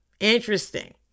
Interesting